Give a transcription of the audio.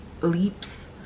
leaps